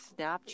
Snapchat